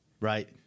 Right